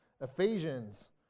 Ephesians